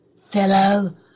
fellow